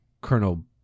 colonel